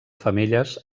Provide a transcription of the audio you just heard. femelles